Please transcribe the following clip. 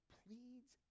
pleads